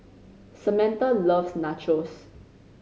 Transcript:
Samantha loves Nachos